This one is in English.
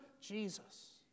Jesus